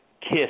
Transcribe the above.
kiss